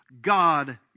God